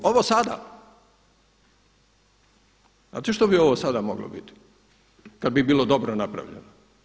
Ovo sada, znate što bi ovo sada moglo biti kada bi bilo dobro napravljeno?